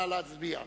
נא להצביע.